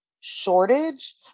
shortage